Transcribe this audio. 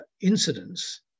incidents